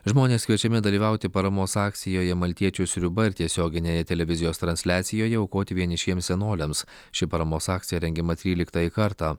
žmonės kviečiami dalyvauti paramos akcijoje maltiečių sriuba ir tiesioginėje televizijos transliacijoje aukoti vienišiems senoliams ši paramos akcija rengiama tryliktąjį kartą